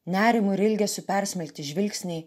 nerimu ir ilgesiu persmelkti žvilgsniai